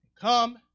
Come